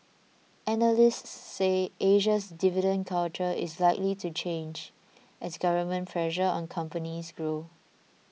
analysts said Asia's dividend culture is likely to change as government pressure on companies grows